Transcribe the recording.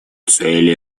цель